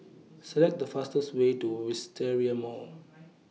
Select The fastest Way to Wisteria Mall